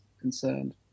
concerned